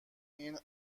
این